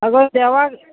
आगो देवाक